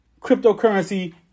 cryptocurrency